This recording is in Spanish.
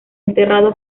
enterrado